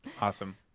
Awesome